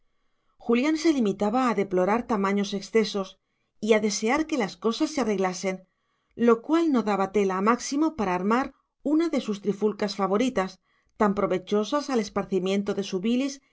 julián se limitaba a deplorar tamaños excesos y a desear que las cosas se arreglasen